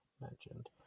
mentioned